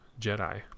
Jedi